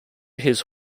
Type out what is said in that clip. his